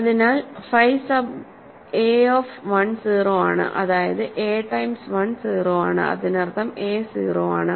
അതിനാൽ phi sub a of 1 0 ആണ് അതായത് എ ടൈംസ്1 0 ആണ് അതിനർത്ഥം a 0 ആണ്